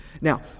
Now